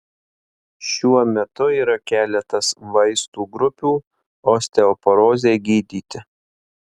šiuo metu yra keletas vaistų grupių osteoporozei gydyti